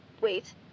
wait